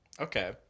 Okay